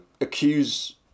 accuse